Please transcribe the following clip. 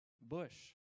bush